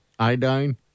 Iodine